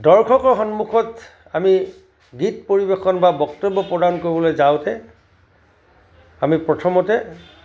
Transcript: দৰ্শকৰ সন্মুখত আমি গীত পৰিৱেশন বা বক্তব্য প্ৰদান কৰিবলৈ যাওঁতে আমি প্ৰথমতে